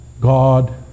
God